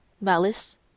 malice